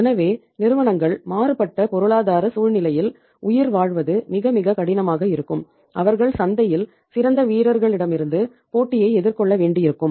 எனவே நிறுவனங்கள் மாறுபட்ட பொருளாதார சூழ்நிலையில் உயிர்வாழ்வது மிக மிக கடினமாக இருக்கும் அவர்கள் சந்தையில் சிறந்த வீரர்களிடமிருந்து போட்டியை எதிர்கொள்ள வேண்டியிருக்கும்